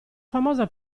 famosa